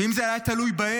שאם זה היה תלוי בהם,